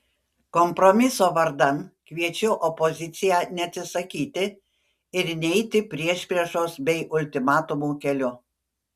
kompromiso vardan kviečiu opoziciją neatsisakyti ir neiti priešpriešos bei ultimatumų keliu